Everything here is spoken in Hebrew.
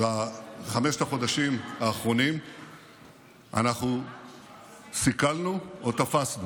בחמשת החודשים האחרונים אנחנו סיכלנו או תפסנו